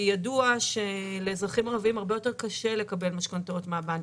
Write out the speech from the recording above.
כי ידוע שלאזרחים ערבים הרבה יותר קשה לקבל משכנתאות מהבנקים.